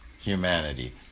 humanity